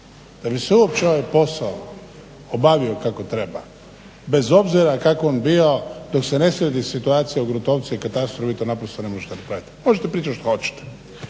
Da bi se uopće ovaj posao obavio kako treba bez obzira kakav on bio dok se ne sredi situacija u gruntovnici i katastru vi to naprosto ne možete napraviti, možete pričati što hoćete.